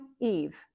Eve